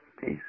Peace